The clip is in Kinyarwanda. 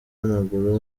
w’amaguru